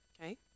Okay